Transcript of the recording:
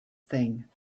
thing